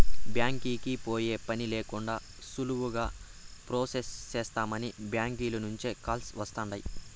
బ్యాంకీకి పోయే పనే లేకండా సులువుగా ప్రొసెస్ చేస్తామని బ్యాంకీల నుంచే కాల్స్ వస్తుండాయ్